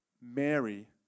Mary